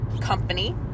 company